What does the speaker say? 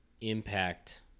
impact